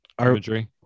imagery